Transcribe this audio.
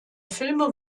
filme